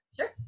Sure